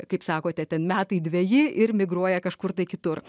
kaip sakote ten metai dveji ir migruoja kažkur tai kitur